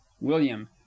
william